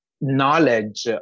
knowledge